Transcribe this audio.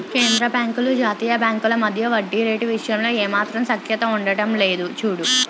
కేంద్రబాంకులు జాతీయ బాంకుల మధ్య వడ్డీ రేటు విషయంలో ఏమాత్రం సఖ్యత ఉండడం లేదు చూడు